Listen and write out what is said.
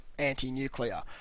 anti-nuclear